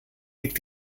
liegt